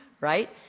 right